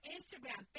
Instagram